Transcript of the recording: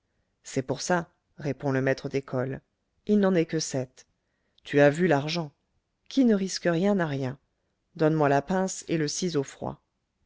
c'est pour ça répond le maître d'école il n'en est que sept tu as vu l'argent qui ne risque rien n'a rien donne-moi la pince et le ciseau froid